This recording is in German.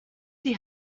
die